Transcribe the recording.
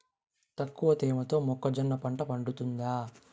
తక్కువ తేమతో మొక్కజొన్న పంట పండుతుందా?